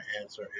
answer